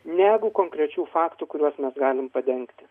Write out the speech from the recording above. negu konkrečių faktų kuriuos mes galim padengti